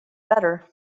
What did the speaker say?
better